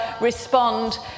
respond